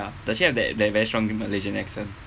ya does she have that that very strong malaysian accent